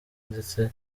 ndetse